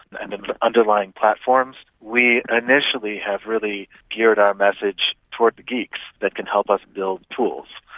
and underlying platforms, we initially have really geared our message towards geeks that can help us build tools.